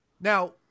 Now